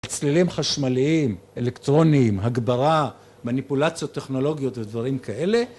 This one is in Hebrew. צלילים חשמליים, אלקטרוניים, הגברה, מניפולציות טכנולוגיות ודברים כאלה